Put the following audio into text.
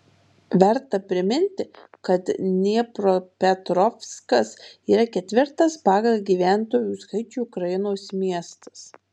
verta priminti kad dniepropetrovskas yra ketvirtas pagal gyventojų skaičių ukrainos miestas